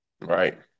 Right